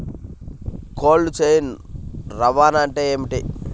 Cold chain రవాణా అంటే ఏమిటీ?